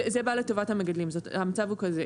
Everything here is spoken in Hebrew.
זה בא לטובת המגדלים, המצב הוא כזה.